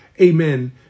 amen